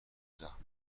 زخمی